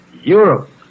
Europe